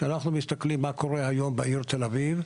כשאנחנו מסתכלים מה קורה היום בעיר תל-אביב,